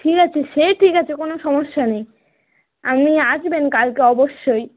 ঠিক আছে সে ঠিক আছে কোনও সমস্যা নেই আপনি আসবেন কালকে অবশ্যই